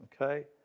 Okay